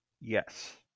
Yes